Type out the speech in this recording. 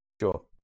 Sure